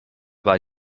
bei